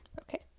Okay